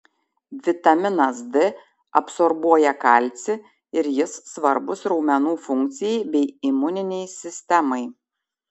vitaminas d absorbuoja kalcį ir jis svarbus raumenų funkcijai bei imuninei sistemai